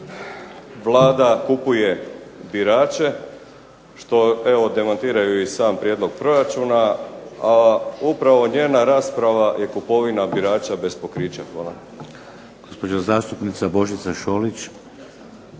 Vlada kupuje birače što evo demantira i sam prijedlog proračuna, a upravo njena rasprava je kupovina birača bez pokrića.